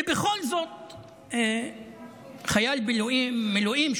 ובכל זאת חייל מילואים,